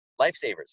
lifesavers